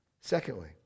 Secondly